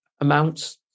amounts